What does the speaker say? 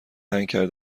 هنگ